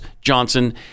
johnson